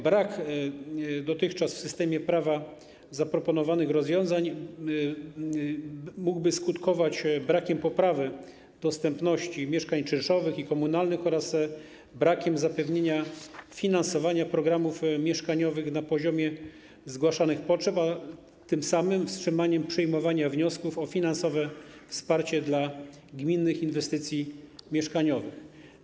Brak w systemie prawa zaproponowanych rozwiązań mógłby skutkować brakiem poprawy dostępności mieszkań czynszowych i komunalnych oraz brakiem zapewnienia finansowania programów mieszkaniowych na poziomie zgłaszanych potrzeb, a tym samym wstrzymaniem przyjmowania wniosków o finansowe wsparcie dla gminnych inwestycji mieszkaniowych.